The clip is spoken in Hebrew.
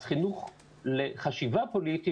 אז חינוך לחשיבה פוליטית,